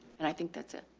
and i think that's it.